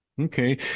Okay